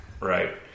right